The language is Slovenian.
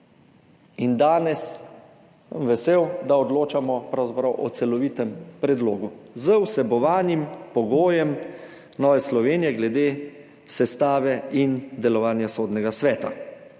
In danes sem vesel, da odločamo pravzaprav o celovitem predlogu z vsebovanim pogojem Nove Slovenije glede sestave in delovanja Sodnega sveta.